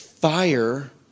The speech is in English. fire